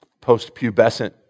post-pubescent